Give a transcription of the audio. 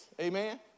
Amen